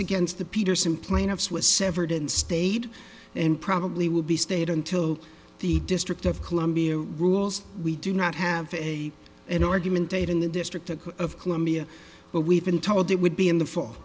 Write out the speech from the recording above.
against the peterson plaintiffs was severed and stayed and probably will be stayed until the district of columbia rules we do not have a an argument date in the district of columbia but we've been told it would be in the fall